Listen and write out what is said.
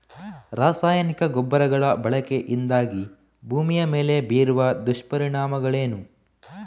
ರಾಸಾಯನಿಕ ಗೊಬ್ಬರಗಳ ಬಳಕೆಯಿಂದಾಗಿ ಭೂಮಿಯ ಮೇಲೆ ಬೀರುವ ದುಷ್ಪರಿಣಾಮಗಳೇನು?